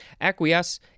Acquiesce